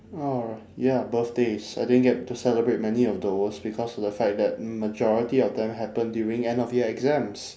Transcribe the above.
oh ya birthdays I didn't get to celebrate many of those because of the fact that majority of them happened during end of year exams